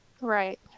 Right